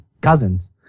cousins